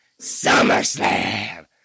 SummerSlam